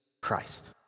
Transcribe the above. Christ